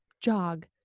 jog